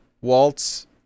waltz